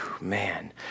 man